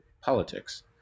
politics